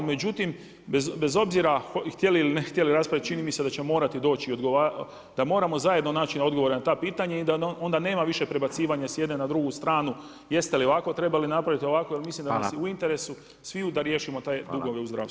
Međutim, bez obzira htjeli ili ne htjeli raspravljati, čini mi se da ćemo morati doći da moramo zajedno naći odgovore na ta pitanja i da onda nema više prebacivanja s jedne na drugu stranu – jeste li ovako trebali napraviti, ovako – jer mislim da nam je u interesu sviju da riješimo te dugove u zdravstvu.